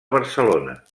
barcelona